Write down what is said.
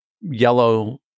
yellow